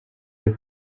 the